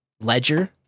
Ledger